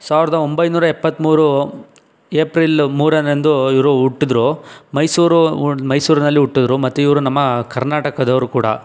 ಸಾವಿರದ ಒಂಬೈನೂರ ಎಪ್ಪತ್ತ್ಮೂರು ಏಪ್ರಿಲ್ ಮೂರರಂದು ಇವರು ಹುಟ್ಟಿದರು ಮೈಸೂರು ಮೈಸೂರಿನಲ್ಲಿ ಹುಟ್ಟಿದರು ಮತ್ತು ಇವರು ನಮ್ಮ ಕರ್ನಾಟಕದವರು ಕೂಡ